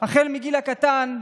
החל מהגיל הקטן,